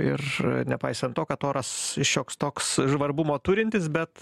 ir nepaisant to kad oras šioks toks žvarbumo turintis bet